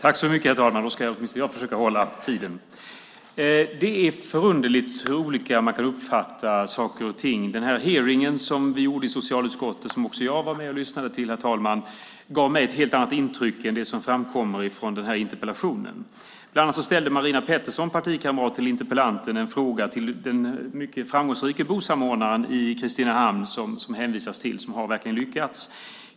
Herr talman! Det är förunderligt hur olika man kan uppfatta saker och ting. Den hearing som vi hade i socialutskottet, som också jag var med och lyssnade på, herr talman, gav mig ett helt annat intryck än det som framkommer från den här interpellationen. Bland annat ställde Marina Pettersson, partikamrat till interpellanten, en fråga till den mycket framgångsrike bosamordnaren i Kristinehamn, som hänvisas till, som verkligen har lyckats.